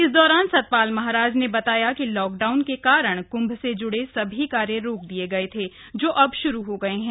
इस दौरान सतपाल महाराज ने बताया कि लॉकडाउन के कारण कंभ से जुड़े सभी कार्य राक्र दिए गए थे ज अब शुरू ह गए हैं